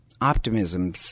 Optimism